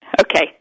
Okay